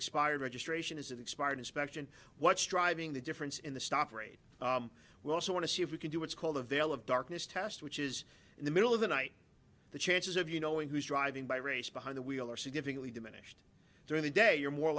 expired registration is it expired inspection what's driving the difference in the stop rate we also want to see if we can do what's called a veil of darkness test which is in the middle of the night the chances of you knowing who's driving by race behind the wheel are significantly diminished during the day you're more